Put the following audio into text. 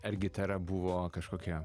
ar gitara buvo kažkokia